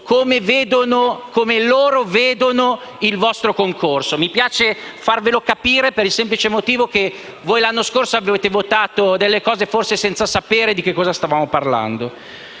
come loro vedono il vostro concorso; mi piace farvelo capire per il semplice motivo che l'anno scorso avete votato norme senza sapere di che cosa stavamo parlando.